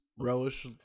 Relish